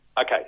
okay